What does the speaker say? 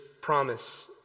promise